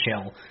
chill